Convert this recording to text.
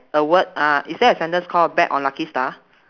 a word uh is there a sentence called bet on lucky star